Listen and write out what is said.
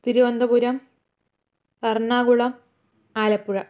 Thiruvananthapuram Ernakulam Alappuzha